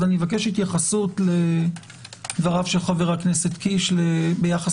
אז אני מבקש התייחסות לדבריו של חבר הכנסת קיש ביחס